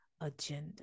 agenda